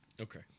Okay